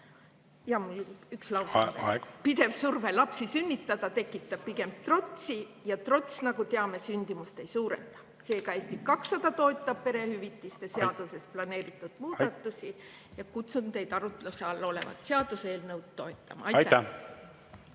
Jaa, mul on üks lause veel. Pidev surve lapsi sünnitada tekitab pigem trotsi ja trots, nagu teame, sündimust ei suurenda. Seega, Eesti 200 toetab perehüvitiste seaduses planeeritud muudatusi ja kutsun teid arutluse all olevat seaduseelnõu toetama. Aitäh!